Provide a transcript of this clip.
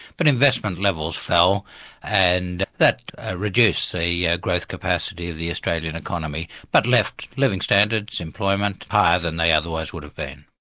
but investment levels fell and that reduced the yeah growth capacity of the australian economy. but left living standards, employment, higher than they otherwise would have been.